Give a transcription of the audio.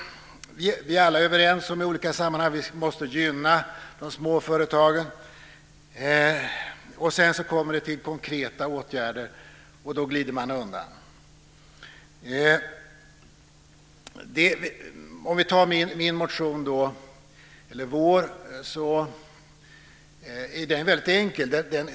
Vi är alla i olika sammanhang överens om att vi måste gynna de små företagen. Sedan kommer det till konkreta åtgärder och då glider man undan. Om vi tar vår motion som exempel ser vi att den är väldigt enkel.